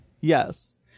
yes